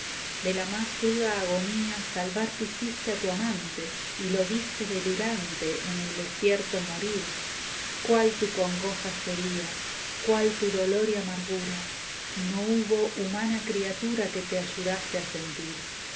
de la más cruda agonía salvar quisiste a tu amante y lo viste delirante en el desierto morir cuál tu congoja sería esteban echbveebía i cuál tu dolor y amargura y no hubo humana criatura que te ayudase a sentir